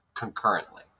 Concurrently